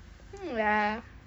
hmm ya